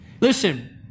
Listen